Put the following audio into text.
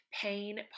pain